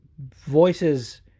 voices